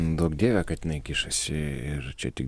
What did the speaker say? duok dieve kad jinai kišasi ir čia tik